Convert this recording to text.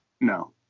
no